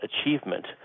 achievement